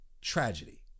tragedy